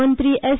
मंत्री एस